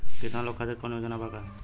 किसान लोग खातिर कौनों योजना बा का?